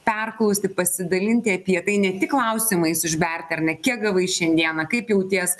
perklausti pasidalinti apie tai ne tik klausimais užberti ar ne kiek gavai šiandieną kaip jauties